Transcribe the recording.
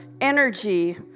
energy